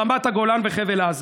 רמת הגולן וחבל עזה.